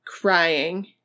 crying